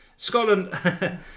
Scotland